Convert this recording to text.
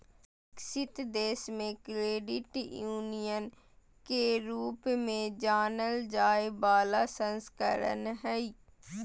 विकसित देश मे क्रेडिट यूनियन के रूप में जानल जाय बला संस्करण हइ